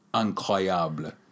incroyable